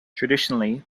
traditionally